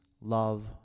love